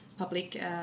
Public